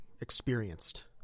experienced